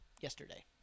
yesterday